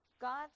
God